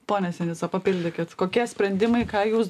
pone sinica papildykit kokie sprendimai ką jūs